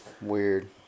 weird